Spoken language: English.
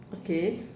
okay